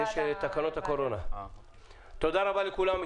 תודה רבה לכולם.